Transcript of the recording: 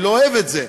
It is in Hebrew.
אני לא אוהב את זה.